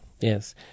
Yes